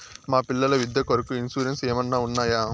మా పిల్లల విద్య కొరకు ఇన్సూరెన్సు ఏమన్నా ఉన్నాయా?